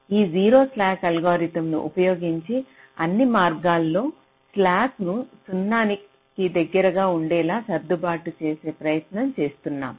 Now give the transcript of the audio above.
ఈ zero slack algorithm ను ఉపయోగించి అన్ని మార్గాలో స్లాక్ను సున్నాకి దగ్గరగా ఉండేలా సర్దుబాటు చేసే ప్రయత్నం చేస్తున్నాం